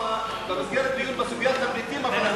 במסגרת דיון בסוגיית הפליטים הפלסטינים.